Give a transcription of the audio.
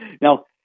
Now